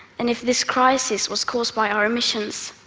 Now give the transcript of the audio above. and if this crisis was caused by our emissions,